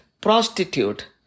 prostitute